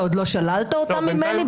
ועוד לא שללת אותה ממני,